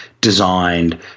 designed